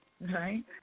Right